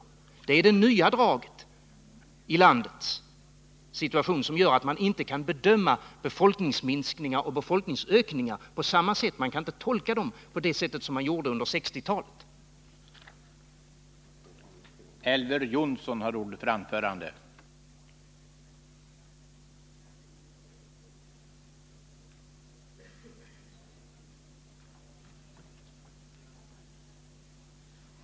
Detta är det nya draget i landets situation, vilket gör att man inte kan bedöma befolkningsminskningar och befolkningsökningar på samma sätt nu som tidigare. Man kan således inte nu tolka dem på samma sätt som man gjorde under 1960-talet.